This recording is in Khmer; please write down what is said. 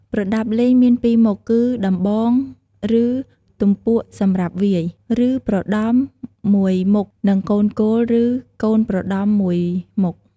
ប្រដាប់លេង មាន២មុខគឺ ដំបង ឬ ទំពក់សម្រាប់វាយ ឬប្រដំមួយមុខ និងកូលគោល ឬកូនប្រដំ ១ មុខ។